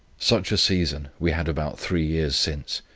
such a season we had about three years since,